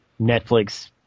Netflix